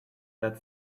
that